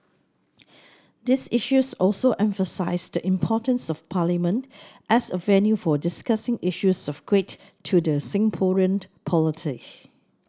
these issues also emphasise the importance of Parliament as a venue for discussing issues of great to the Singaporean polity